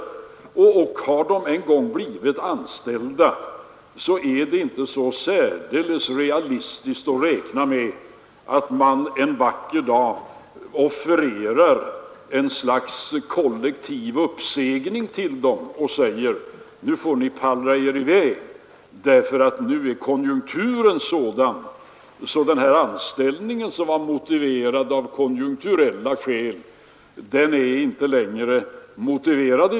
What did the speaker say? Har dessa människor en gång blivit anställda, är det inte så särdeles realistiskt att räkna med att man en vacker dag kan offerera ett slags kollektiv uppsägning till dem och säga: Nu får ni pallra er i väg, eftersom konjunkturen i dag är sådan att den anställning som var motiverad av konjunkturskäl inte längre är aktuell.